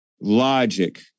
logic